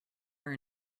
are